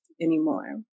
anymore